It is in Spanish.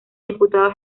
diputado